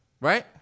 Right